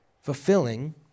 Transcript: fulfilling